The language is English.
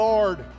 Lord